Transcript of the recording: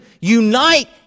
unite